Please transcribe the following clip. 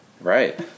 Right